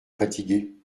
fatiguée